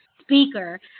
Speaker